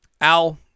Al